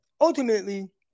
ultimately